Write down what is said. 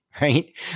right